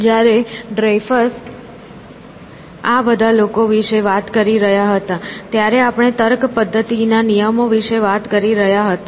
જ્યારે ડ્રેઇફસ આ બધા લોકો વિશે વાત કરી રહ્યા હતા ત્યારે આપણે તર્ક પદ્ધતિ ના નિયમો વિશે વાત કરી રહ્યા હતા